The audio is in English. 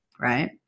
right